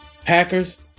Packers